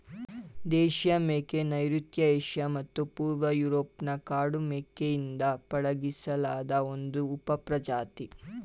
ದೇಶೀಯ ಮೇಕೆ ನೈಋತ್ಯ ಏಷ್ಯಾ ಮತ್ತು ಪೂರ್ವ ಯೂರೋಪ್ನ ಕಾಡು ಮೇಕೆಯಿಂದ ಪಳಗಿಸಿಲಾದ ಒಂದು ಉಪಪ್ರಜಾತಿ